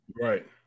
Right